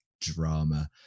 drama